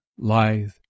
lithe